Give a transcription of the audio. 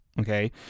Okay